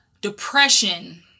depression